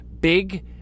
big